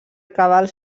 cabals